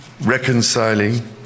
reconciling